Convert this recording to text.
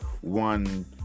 one